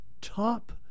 top